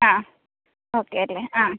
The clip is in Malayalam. ആ ഓക്കെ അതെ ആ